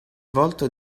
volto